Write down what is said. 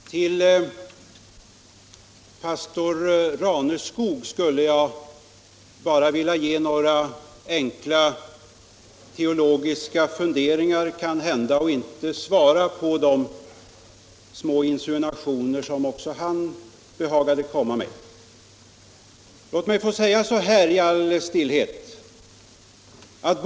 Herr talman! Till pastor Raneskog vill jag framföra några enkla, teologiska funderingar utan att svara på de små insinuationer som också han behagade komma med. Låt mig i all stillhet säga så här.